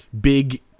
Big